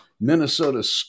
Minnesota